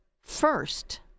first